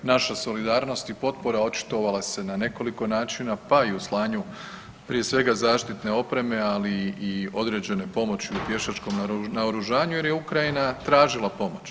Naša solidarnost i potpora očitovala se na nekoliko načina pa i u slanju prije svega zaštitne opreme, ali i određene pomoći u pješačkom naoružanju jer je Ukrajina tražila pomoć.